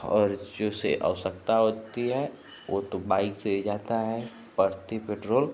और जिसे आवश्यकता होती है वह तो बाइक़ से ही जाता है बढ़ती पेट्रोल